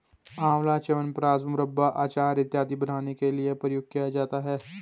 आंवला च्यवनप्राश, मुरब्बा, अचार इत्यादि बनाने के लिए प्रयोग किया जाता है